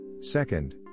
Second